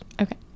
Okay